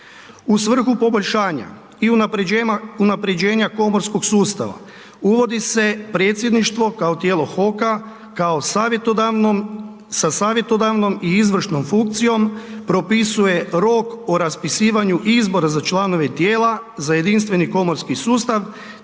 U svrhu poboljšanja i unapređenja komorskog sustava uvodi se predsjedništvo kao tijelo HOK-a kao savjetodavnom, sa savjetodavnom i izvršnom funkcijom, propisuje rok o raspisivanju izbora za članove tijela za jedinstveni komorski sustav,